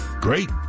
great